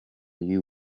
you